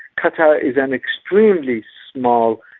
qatar is an extremely small,